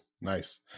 Nice